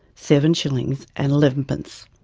seven shillings and eleven pence.